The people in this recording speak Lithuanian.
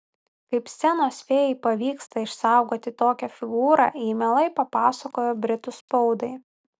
kaip scenos fėjai pavyksta išsaugoti tokią figūrą ji mielai papasakojo britų spaudai